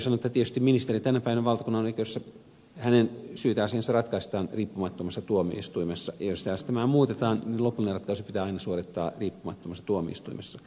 täytyy sanoa että tietysti tänä päivänä valtakunnanoikeudessa ministerin syyteasia ratkaistaan riippumattomassa tuomioistuimessa ja jos järjestelmää muutetaan lopullinen ratkaisu pitää aina suorittaa riippumattomassa tuomioistuimessa